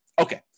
Okay